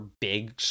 big